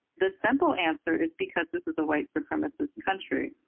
the simple answer is because this is a white supremacist country.